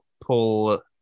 pull